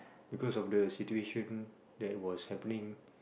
because of the situation that was happening